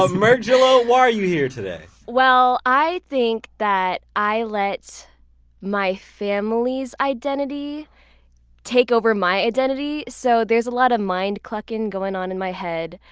merkgela, why are you here today? well, i think that i let my family's identity take over my identity. so there's a lot of mind cluckin' going on in my head.